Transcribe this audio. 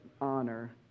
honor